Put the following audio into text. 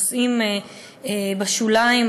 נושאים בשוליים,